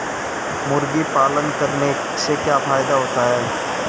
मुर्गी पालन करने से क्या फायदा होता है?